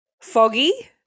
foggy